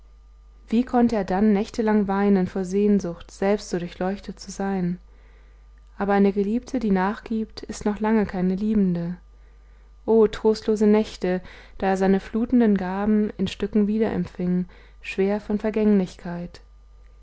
wie konnte er dann nächtelang weinen vor sehnsucht selbst so durchleuchtet zu sein aber eine geliebte die nachgiebt ist noch lang keine liebende o trostlose nächte da er seine flutenden gaben in stücken wiederempfing schwer von vergänglichkeit